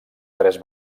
tres